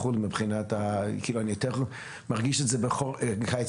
אני מרגיש את זה בכל קיץ.